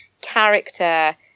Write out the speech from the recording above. character